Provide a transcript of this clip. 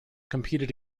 competed